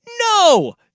No